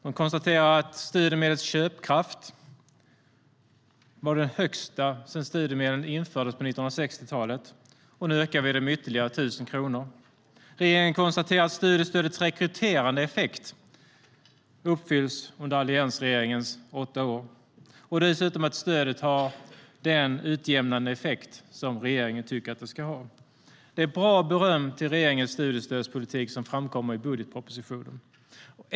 Man konstaterar att studiemedlets köpkraft är den högsta sedan studiemedel infördes på 1960-talet, och nu ökar vi den med ytterligare 1 000 kronor. Regeringen konstaterar att studiestödets rekryterande effekt uppfyllts under alliansregeringens åtta år och att stödet dessutom har den utjämnande effekt som regeringen tycker att det ska ha. Det är ett bra beröm till regeringens studiestödspolitik som framkommer i budgetpropositionen.